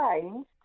changed